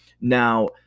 Now